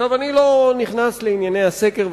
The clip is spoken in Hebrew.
אני לא נכנס לענייני הסקר,